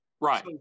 Right